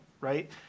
right